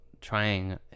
trying